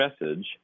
message